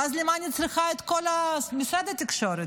ואז למה אני צריכה את משרד התקשורת?